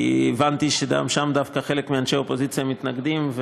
כי הבנתי שגם שם דווקא חלק מאנשי האופוזיציה מתנגדים,